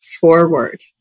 forward